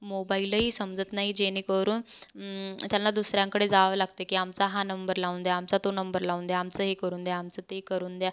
मोबाईलही समजत नाही जेणेकरून त्यांना दुसऱ्यांकडे जावं लागते की आमचा हा नंबर लावून द्या आमचा तो नंबर लावून द्या आमचं हे करून द्या आमचं ते करून द्या